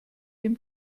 dem